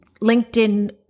LinkedIn